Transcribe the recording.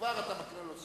כבר אתה מקנה לו זכות.